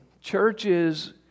churches